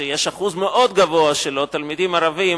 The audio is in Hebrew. שיש בו אחוז מאוד גבוה של תלמידים ערבים,